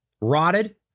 rotted